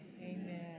Amen